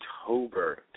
October